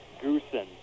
Goosen